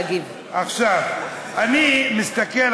עיסאווי,